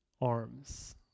arms